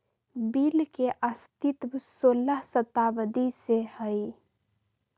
bill के अस्तित्व सोलह शताब्दी से हइ